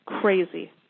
crazy